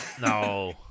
No